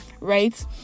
right